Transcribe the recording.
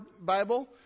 Bible